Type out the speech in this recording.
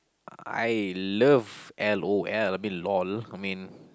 I love l_o_l I mean lol I mean